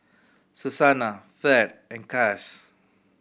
Susannah Fed and Cass